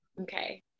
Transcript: Okay